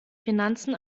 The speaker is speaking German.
finanzen